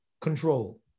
Control